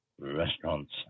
restaurants